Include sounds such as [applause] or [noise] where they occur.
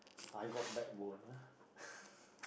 I got backbone [laughs]